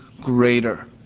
greater